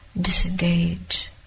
disengage